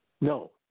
No